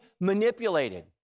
manipulated